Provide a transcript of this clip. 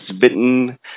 Bitten